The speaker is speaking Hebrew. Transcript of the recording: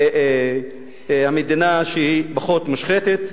המדינה שהיא פחות מושחתת.